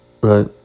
Right